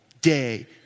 day